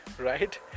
right